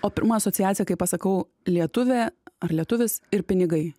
o pirma asociacija kai pasakau lietuvė ar lietuvis ir pinigai